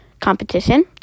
competition